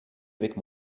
avec